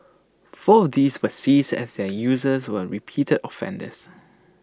four of these were seized as their users were repeated offenders